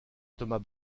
thomas